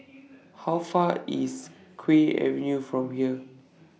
How Far IS Kew Avenue from here